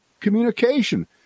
communication